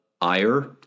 ire